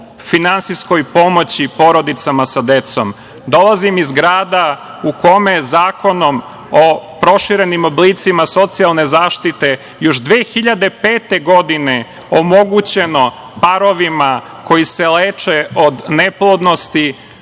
finansijskoj pomoći porodicama sa decom. Dolazim iz grada u kome je zakonom o proširenim oblicima socijalne zaštite još 2005. godine omogućeno parovima koji se leče od neplodnosti